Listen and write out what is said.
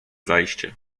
zajście